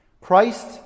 Christ